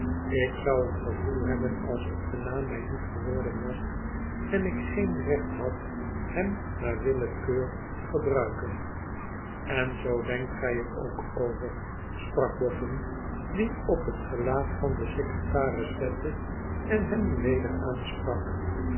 ik zou een gevoel hebben alsof de naam mij lief geworden was en ik geen recht had hem naar willekeur te gebruiken n zoo denkt gij er ook over sprak bofn die op het gelaat van den secretaris lette en hem nu weder aansprak